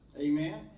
Amen